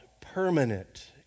permanent